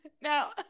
now